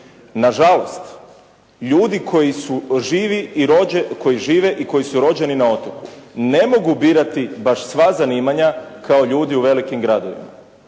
Nažalost ljudi koji žive, koji žive i koji su rođeni na otoku, ne mogu birati baš sva zanimanja kao ljudi u velikim gradovima.